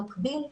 במקביל,